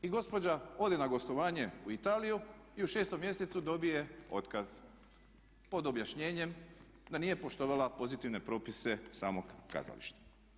I gospođa ode na gostovanje u Italiju i u 6.mjesecu dobije otkaz pod objašnjenjem da nije poštivala pozitivne propise samog kazališta.